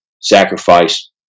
sacrifice